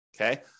okay